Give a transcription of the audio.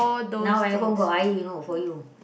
now at home got air you know for you